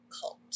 cult